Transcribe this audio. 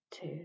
two